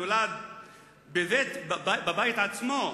שנולד בבית עצמו,